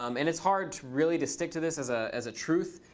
um and it's hard to really to stick to this is ah as a truth.